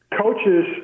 coaches